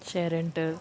share rental